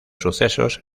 sucesos